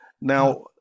Now